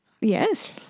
Yes